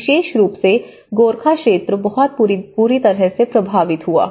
विशेष रूप से गोरखा क्षेत्र बहुत बुरी तरह प्रभावित हुआ